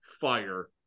fire